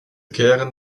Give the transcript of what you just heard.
kehren